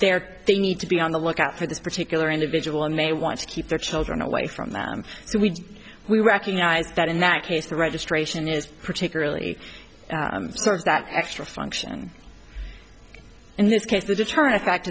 they are they need to be on the lookout for this particular individual and may want to keep their children away from them so we we recognize that in that case the registration is particularly sort of that extra function in this case the deterrent effect